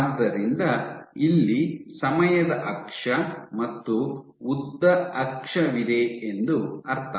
ಆದ್ದರಿಂದ ಇಲ್ಲಿ ಸಮಯದ ಅಕ್ಷ ಮತ್ತು ಉದ್ದ ಅಕ್ಷವಿದೆ ಎಂದು ಅರ್ಥ